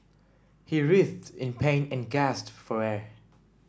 he writhed in pain and gasped for air